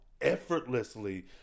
effortlessly